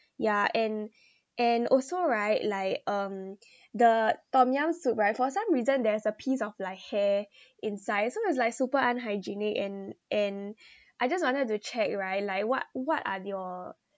yeah and and also right like um the tom yum soup right for some reason there is a piece of like hair inside so it's like super unhygienic and and I just wanted to check right like what what are your